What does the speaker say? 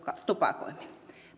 tupakoinnin